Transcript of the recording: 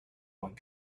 one